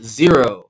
zero